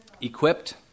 equipped